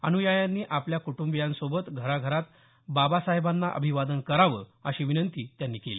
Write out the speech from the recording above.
अनुयायांनी आपल्या कुटुंबासोबत घराघरात बाबासाहेबांना अभिवादन करावं अशी विनंती त्यांनी केली